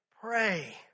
pray